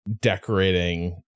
decorating